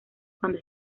cuando